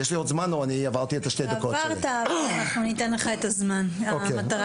אני גאה לייצג כאן אוניברסיטה שהיא